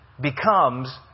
becomes